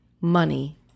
money